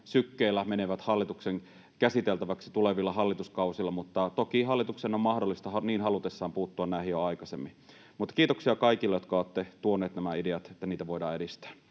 sykkeellä menevät hallituksen käsiteltäväksi tulevilla hallituskausilla, mutta toki hallituksen on mahdollista niin halutessaan puuttua näihin jo aikaisemmin. Mutta kiitoksia kaikille, jotka olette tuoneet nämä ideat, että niitä voidaan edistää.